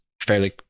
fairly